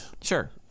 Sure